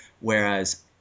whereas